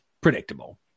predictable